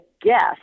guess